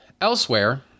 Elsewhere